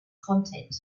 content